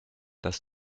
das